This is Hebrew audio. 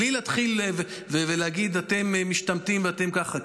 בלי להתחיל ולהגיד: אתם משתמטים ואתם ככה.